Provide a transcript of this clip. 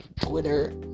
Twitter